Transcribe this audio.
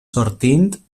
sortint